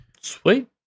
Sweet